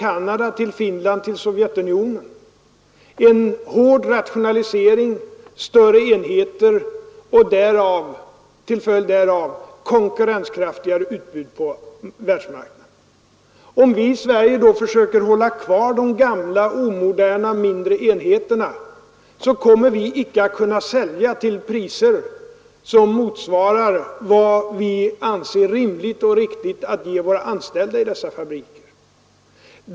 Vi vet att man i Canada, Finland och Sovjetunionen går in för hård rationalisering och större enheter, med därav följande konkurrenskraftigare utbud på världsmarknaden. Om vi då här i Sverige försöker hålla kvar de gamla, omoderna, mindre enheterna kommer vi inte att kunna sälja till priser som möjliggör sådana löner som vi anser rimliga och riktiga åt de anställda i dessa fabriker.